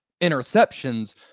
interceptions